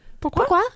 Pourquoi